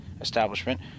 establishment